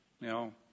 Now